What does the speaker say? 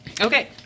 Okay